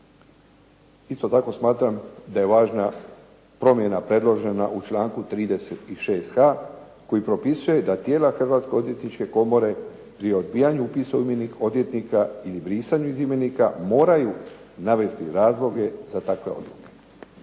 Isto tako smatram da je važna promjena predložena u članku 36. h, koji propisuje da tijela Hrvatske odvjetničke komore pri odbijanju upisuju odvjetnika i brisanju iz imenika moraju navesti razloge za takve odluke.